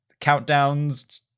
countdowns